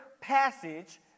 passage